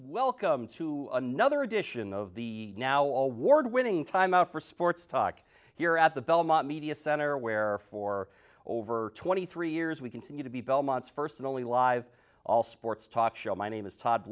welcome to another edition of the now award winning time out for sports talk here at the belmont media center where for over twenty three years we continue to be belmont's first and only live all sports talk show my name is todd